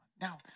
Now